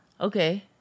Okay